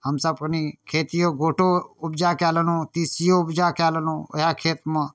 हमसभ कनि खेतिओ गोटो उपजा कऽ लेलहुँ तीसिओ उपजा कऽ लेलहुँ वएह खेतमे